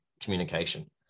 communication